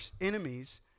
enemies